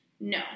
No